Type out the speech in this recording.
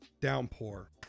downpour